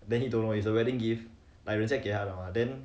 then he don't know it's a wedding gift like 人家给他的 mah then